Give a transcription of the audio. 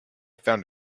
found